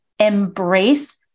embrace